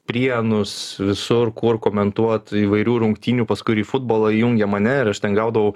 prienus visur kur komentuot įvairių rungtynių paskui ir į futbolą įjungė mane ir aš ten gaudavau